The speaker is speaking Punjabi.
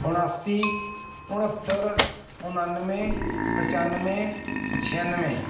ਉਨਾਸੀ ਉਣਹੱਤਰ ਉਣਾਨਵੇਂ ਪਚਾਨਵੇਂ ਛਿਆਨਵੇਂ